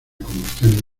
combustión